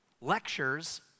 Lectures